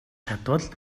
чадвал